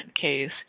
case